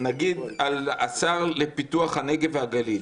השר לפיתוח הנגב והגליל.